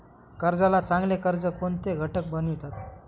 कर्जाला चांगले कर्ज कोणते घटक बनवितात?